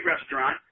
restaurant